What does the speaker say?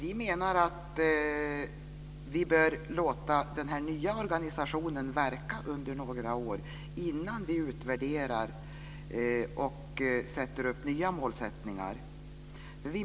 Herr talman! Vi anser att den nya organisationen bör få verka under några år innan vi utvärderar och sätter upp nya mål.